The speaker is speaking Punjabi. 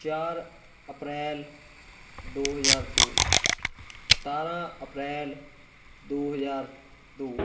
ਚਾਰ ਅਪ੍ਰੈਲ ਦੋ ਹਜ਼ਾਰ ਦੋ ਸਤਾਰ੍ਹਾਂ ਅਪ੍ਰੈਲ ਦੋ ਹਜ਼ਾਰ ਦੋ